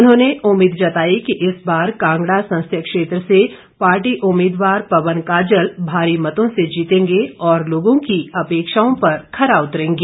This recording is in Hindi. उन्होंने उम्मीद जताई कि इस बार कांगड़ा संसदीय क्षेत्र से पार्टी उम्मीदवार पवन काजल भारी मतों से जीतेंगे और लोगों की अपेक्षाओं पर खरा उतरेंगे